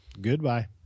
Goodbye